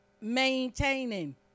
maintaining